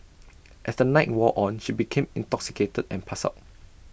as the night wore on she became intoxicated and passed out